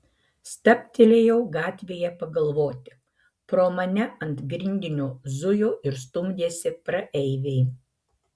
stabtelėjau gatvėje pagalvoti pro mane ant grindinio zujo ir stumdėsi praeiviai